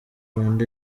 rwanda